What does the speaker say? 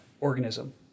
organism